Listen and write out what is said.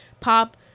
Pop